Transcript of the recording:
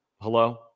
hello